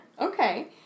Okay